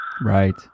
Right